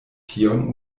tion